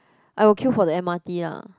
I would queue for the m_r_t lah